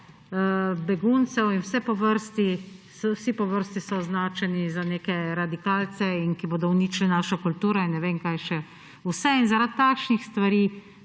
In vsi po vrsti so označeni kot neki radikalci, ki bodo uničili našo kulturo in ne vem kaj še vse. In zaradi takšnih stvari